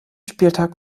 spieltag